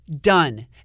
Done